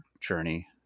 journey